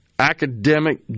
academic